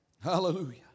hallelujah